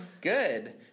good